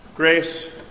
Grace